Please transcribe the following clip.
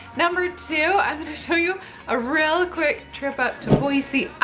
number two, i'm going to show you a real quick trip up to boise,